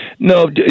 No